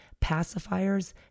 pacifiers